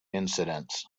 incidents